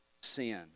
Sin